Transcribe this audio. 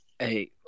Hey